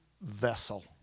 vessel